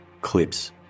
clips